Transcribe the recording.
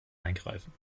eingreifen